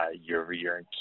year-over-year